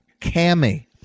Cammy